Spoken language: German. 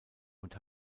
und